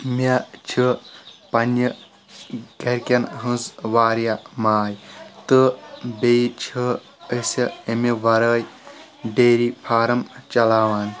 مےٚ چھِ پننہِ گرِکٮ۪ن ہٕنٛز واریاہ ماے تہٕ بیٚیہِ چھِ اسہِ امہِ وارٲے ڈیری فارم چلاوان